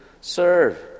serve